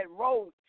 road